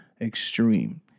extreme